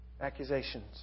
Accusations